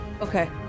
okay